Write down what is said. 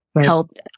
helped